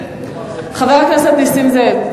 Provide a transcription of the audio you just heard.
חבר הכנסת נסים זאב?